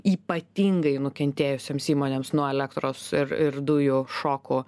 ypatingai nukentėjusioms įmonėms nuo elektros ir ir dujų šokų